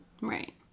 Right